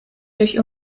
durch